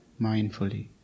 mindfully